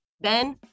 Ben